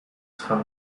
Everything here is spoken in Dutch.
schat